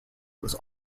was